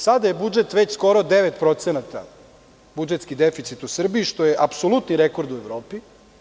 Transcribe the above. Sada je budžet već skoro 9%, budžetski deficit u Srbiji, što je apsolutni rekord u Evropi.